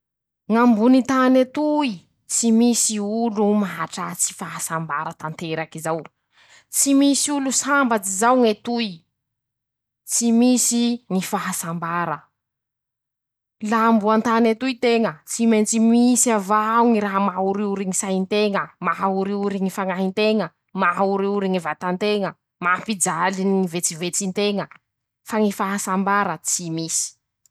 Ñ'ambony tany etoy, tsy misy olo mahatratsy fahasambara tanterak'izao. Tsy misy olo sambatsy tanteraky zao ñ'etoy, tsy misy ñy fahasambara, la mbo an-tany etoy teña. Tsy mentsy misy avaao ñy raha maha oriory ñy sain-teña, maha oriory ñy fañahy nteña, maha oriory ñy vata nteña, mampijaly ñy vetsevetsy nteña, fa ñy fahasambara tsy misy.